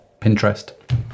Pinterest